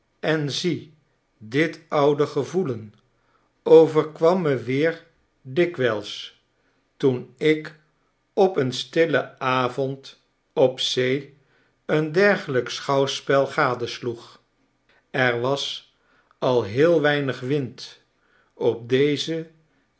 en zie dit oude gevoelen overkwam me weer dikwijls toen ik op een stillen avond op zee een dergelijk schouwspel gadesloeg er was al heel weinig wind op